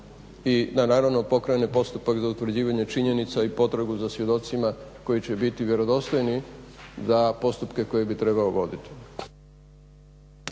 i da naravno pokrene postupak za utvrđivanje činjenica i potragu za svjedocima koji će biti vjerodostojni za postupke koje bi trebao voditi.